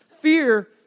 Fear